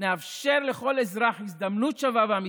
נאפשר לכל אזרח הזדמנות שווה ואמיתית.